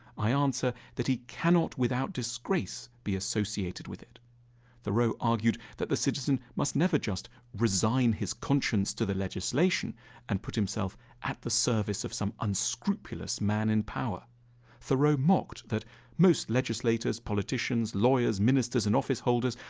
i answer, that he cannot without disgrace be associated with it thoreau argued that the citizen must never just resign his conscience to the legislation and put himself at the service of some unscrupulous man in power thoreau mocked that most legislators, politicians, lawyers, ministers, and office-holders,